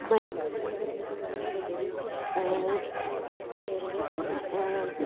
മഴ കുഴികൾ നിർമ്മിക്കുന്നതിലുപരി ചെറിയ